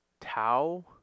Tau